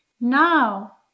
Now